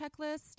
checklist